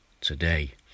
today